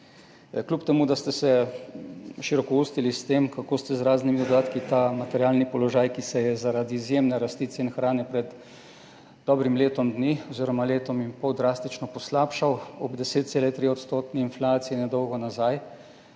kljub temu, da ste se širokoustili s tem, kako ste z raznimi dodatki ta materialni položaj, ki se je zaradi izjemne rasti cen hrane pred dobrim letom dni oziroma letom in pol, drastično poslabšal, ob 10,3-odstotni inflaciji nedolgo nazaj